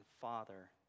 Father